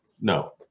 no